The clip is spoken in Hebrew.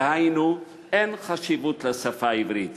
דהיינו: אין חשיבות לשפה העברית,